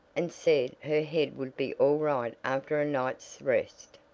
and said her head would be all right after a night's rest.